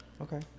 Okay